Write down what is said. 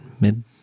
mid